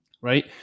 Right